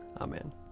Amen